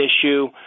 issue